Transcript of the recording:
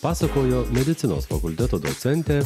pasakojo medicinos fakulteto docentė